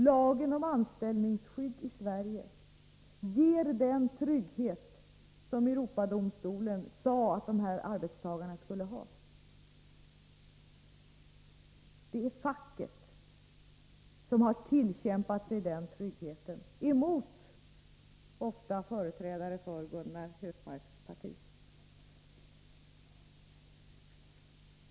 Lagen om anställningsskydd i Sverige ger den trygghet som Europadomstolen sade att de där ifrågavarande arbetarna skulle ha. Det är facket som har tillkämpat sig den tryggheten — ofta emot företrädare för Gunnar Hökmarks parti.